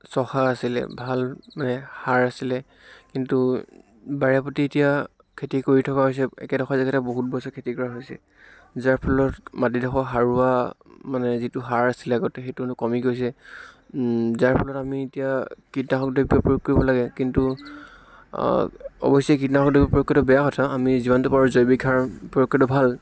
চহা আছিলে ভাল মানে সাৰ আছিলে কিন্তু বাৰে প্ৰতি এতিয়া খেতি কৰি থকা হৈছে একেডোখৰ জেগাতে বহুত বছৰ খেতি কৰা হৈছে যাৰ ফলত মাটিডোখৰ সাৰুৱা মানে যিটো সাৰ আছিলে আগতে সেইটোনো কমি গৈছে যাৰ ফলত আমি এতিয়া কীটনাশক দ্ৰব্য় প্ৰয়োগ কৰিব লাগে কিন্তু অৱশ্য়ে কীটনাশক দ্ৰব্য় প্ৰয়োগ কৰাটো বেয়া কথা আমি যিমানটো পাৰোঁ জৈৱিক সাৰৰ প্ৰয়োগ কৰাটো ভাল